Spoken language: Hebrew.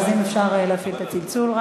אם אפשר, להפעיל את הצלצול.